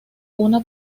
una